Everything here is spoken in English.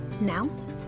Now